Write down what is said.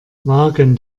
wagen